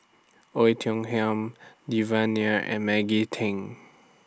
Oei Tiong Ham Devan Nair and Maggie Teng